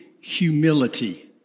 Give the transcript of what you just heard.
humility